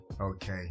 Okay